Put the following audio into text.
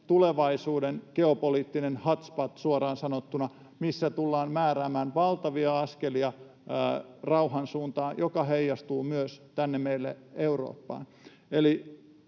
tulevaisuuden geopoliittinen hotspot suoraan sanottuna, missä tullaan määräämään valtavia askelia rauhan suuntaan, mikä heijastuu myös tänne meille Eurooppaan.